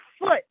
foot